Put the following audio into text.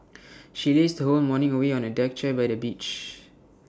she lazed her whole morning away on A deck chair by the beach